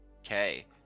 Okay